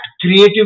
creative